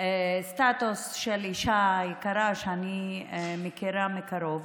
סטטוס של אישה יקרה שאני מכירה מקרוב,